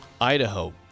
Idaho